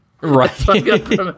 Right